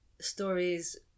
stories